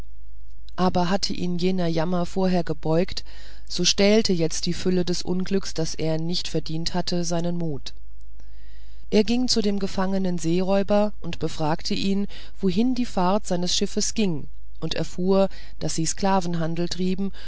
aber hatte ihn jener jammer vorher gebeugt so stählt jetzt die fülle des unglücks das er nicht verdient hatte seinen mut er ging zu dem gefangenen seeräuber und befragte ihn wohin die fahrt seines schiffes ginge und erfuhr daß sie sklavenhandel treiben